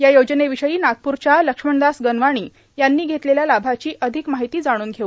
या योजनेविषयी लक्ष्मणदास गनवानी यांनी घेतलेल्या लाभाची अधिक माहिती जाणून घेऊ